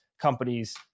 companies